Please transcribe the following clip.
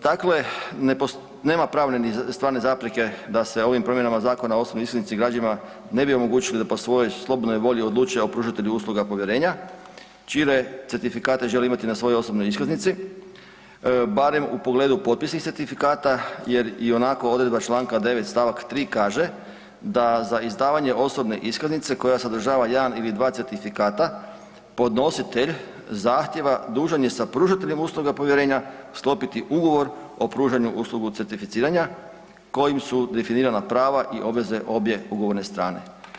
Dakle, nema pravne ni stvarne zapreke da se ovim promjenama Zakona o osobnoj iskaznici građanima ne bi omogućilo da po svojoj slobodnoj volji odluče o pružatelju usluga povjerenja čije certifikate žele imati na svojoj osobnoj iskaznici, barem u pogledu potpisnih certifikata jer ionako odredba čl. 9. st. 3. kaže da za izdavanje osobne iskaznice koja sadržava 1 ili 2 certifikata podnositelj zahtjeva dužan je sa pružateljem usluga povjerenja sklopiti Ugovor o pružanju usluga certificiranja kojim su definirana prava i obveze obje ugovorne strane.